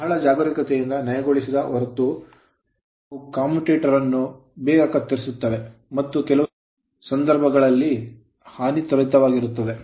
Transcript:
ಬಹಳ ಜಾಗರೂಕತೆಯಿಂದ ನಯಗೊಳಿಸಿದ ಹೊರತು ಅವರು ಕಮ್ಯೂಟೇಟರ್ ಅನ್ನು ಬಹಳ ಬೇಗ ಕತ್ತರಿಸುತ್ತವೆ ಮತ್ತು ಕೆಲವು ಸಂದರ್ಭಗಳಲ್ಲಿ ಹಾನಿ ತ್ವರಿತವಾಗಿರುತ್ತದೆ